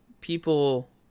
people